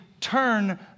turn